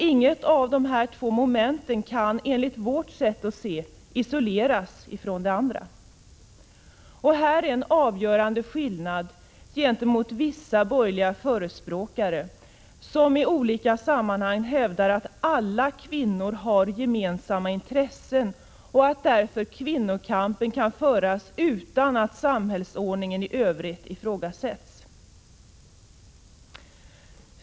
Inget av de två momenten kan, enligt vårt sätt att se, isoleras från det andra. Här ligger en avgörande skillnad gentemot vissa borgerliga förespråkare som i olika sammanhang hävdar att alla kvinnor har gemensamma intressen och att kvinnokampen därför kan föras utan att samhällsordningen i övrigt ifrågasätts.